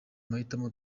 mahitamo